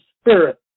spirit